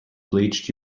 bleached